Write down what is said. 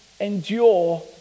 endure